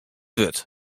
wurd